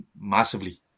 massively